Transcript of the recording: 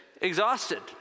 exhausted